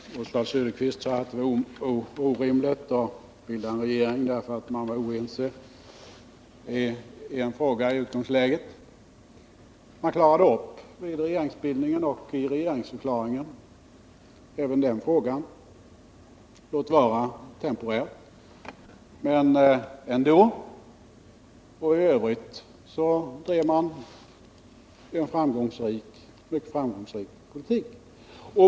Herr talman! Oswald Söderqvist sade att det var orimligt att bilda en regering när man i utgångsläget var oense om en fråga. Vid regeringsbildningen och i regeringsförklaringen klarade man upp även den frågan, låt vara temporärt. Och i övrigt drev man en mycket framgångsrik politik.